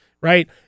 Right